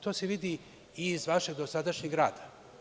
To se vidi i iz vašeg dosadašnjeg rada.